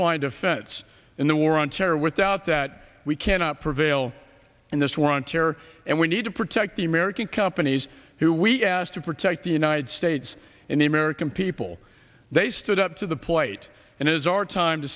line defense in the war on terror without that we cannot prevail in this war on terror and we need to protect the american companies who we asked to protect the united states and the american people they stood up to the plate and it is our time to